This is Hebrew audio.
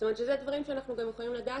זאת אומרת שאלה דברים שאנחנו גם יכולים לדעת